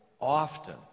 often